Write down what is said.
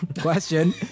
question